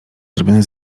zrobione